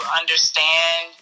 understand